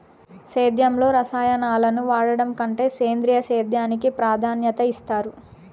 సేద్యంలో రసాయనాలను వాడడం కంటే సేంద్రియ సేద్యానికి ప్రాధాన్యత ఇస్తారు